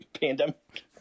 pandemic